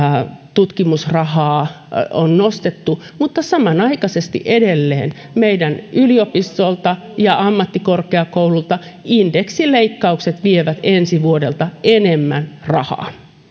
tutkimusrahaa on nostettu mutta samanaikaisesti edelleen meidän yliopistoltamme ja ammattikorkeakoulultamme indeksileikkaukset vievät ensi vuodelta enemmän rahaa